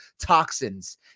toxins